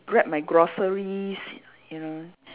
grab my groceries you know